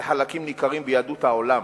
לחלקים ניכרים ביהדות העולם